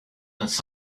have